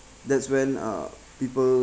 that's when uh people